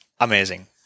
amazing